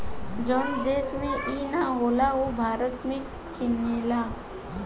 जवन देश में ई ना होला उ भारत से किनेला